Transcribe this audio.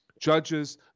judges